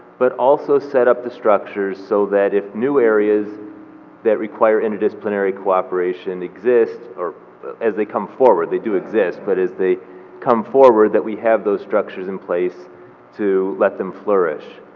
but also set up the structures so that if new areas that require interdisciplinary cooperation exist or as they come forward, they do exist, but as they come forward that we have those structures in place to let them flourish.